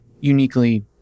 uniquely